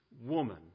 woman